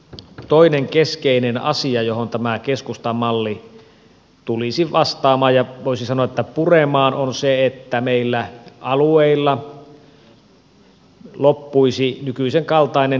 toinen keskeinen asia johon tämä keskustan malli tulisi vastaamaan ja voisi sanoa puremaan on se että meillä alueilla loppuisi nykyisen kaltainen kilpavarustelu